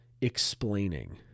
explaining